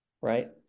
right